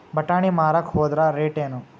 ಬಟಾನಿ ಮಾರಾಕ್ ಹೋದರ ರೇಟೇನು?